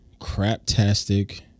craptastic